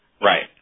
Right